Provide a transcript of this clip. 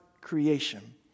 creation